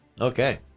Okay